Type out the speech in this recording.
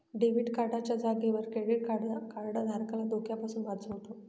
debit card च्या जागेवर credit card धारकाला धोक्यापासून वाचवतो